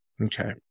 Okay